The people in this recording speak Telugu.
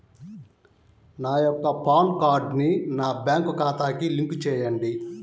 నా యొక్క పాన్ కార్డ్ని నా బ్యాంక్ ఖాతాకి లింక్ చెయ్యండి?